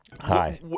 Hi